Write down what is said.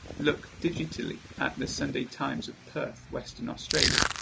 look, digitally, at the sunday times of perth, western australia.